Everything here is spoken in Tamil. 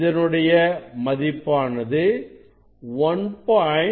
இதனுடைய மதிப்பானது 1